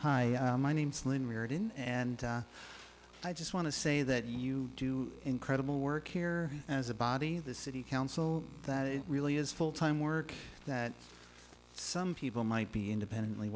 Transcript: hi my name's lynn reardon and i just want to say that you do incredible work here as a body the city council that it really is full time work that some people might be independently